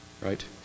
right